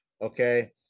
Okay